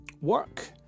Work